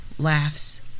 laughs